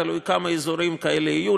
תלוי כמה אזורים כאלה יהיו.